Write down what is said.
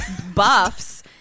Buffs